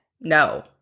No